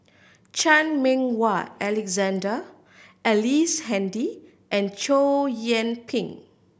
Chan Meng Wah Alexander Ellice Handy and Chow Yian Ping